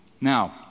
Now